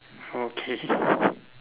okay